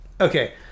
Okay